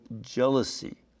jealousy